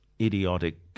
idiotic